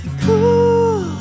cool